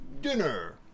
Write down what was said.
Dinner